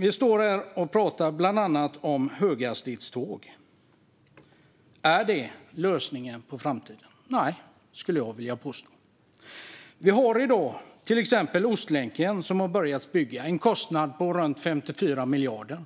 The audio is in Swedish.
Vi står här och talar om bland annat höghastighetståg. Är det lösningen inför framtiden? Nej, skulle jag vilja påstå. I dag har vi till exempel börjat bygga Ostlänken till en kostnad på runt 54 miljarder.